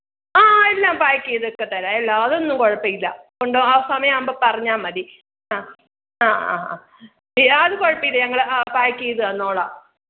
ആ എല്ലാം പാക്ക് ചെയ്ത് ഒക്കെ തരാം എല്ലാം അതൊന്നും കുഴപ്പം ഇല്ല ആ സമയം ആവുമ്പം പറഞ്ഞാൽ മതി ആഹ് ആഹ് ആഹ് ആഹ് ഏയ് അത് കുഴപ്പം ഇല്ല ഞങ്ങൾ പാക്ക് ചെയ്ത് തന്നോളാം